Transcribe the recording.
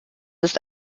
ist